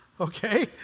Okay